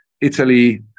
Italy